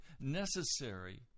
necessary